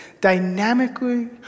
dynamically